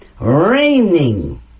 raining